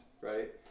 right